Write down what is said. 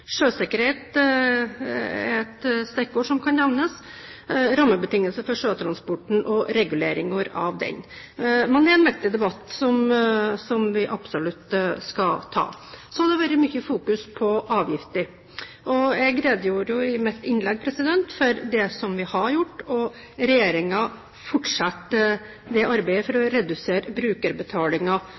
Sjøsikkerhet er et stikkord som kan nevnes, og rammebetingelser for sjøtransporten og reguleringen vår av den. Det er en viktig debatt, som vi absolutt skal ta. Så har det vært fokusert mye på avgifter. Jeg redegjorde i mitt innlegg for det som vi har gjort, og regjeringen fortsetter arbeidet for å redusere